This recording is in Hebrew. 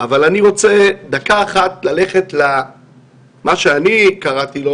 אני רוצה דקה אחת ללכת למה שאני קראתי לו